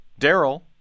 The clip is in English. Daryl